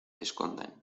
escondan